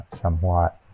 somewhat